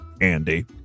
Andy